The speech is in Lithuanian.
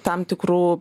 tam tikrų